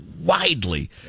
widely